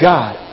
God